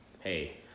hey